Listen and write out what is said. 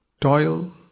toil